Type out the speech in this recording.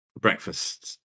Breakfast